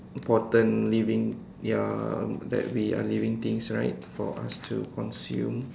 important living ya that we are living things right for us to consume